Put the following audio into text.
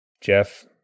Jeff